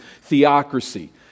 theocracy